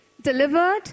delivered